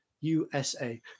u-s-a